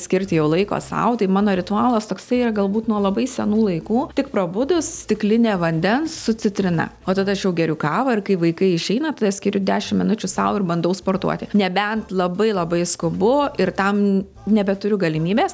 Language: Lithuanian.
skirti jau laiko sau tai mano ritualas toksai yra galbūt nuo labai senų laikų tik prabudus stiklinė vandens su citrina o tada aš jau geriu kavą ir kai vaikai išeina tada skiriu dešim minučių sau ir bandau sportuoti nebent labai labai skubu ir tam nebeturiu galimybės